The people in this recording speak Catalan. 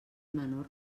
menor